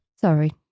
Sorry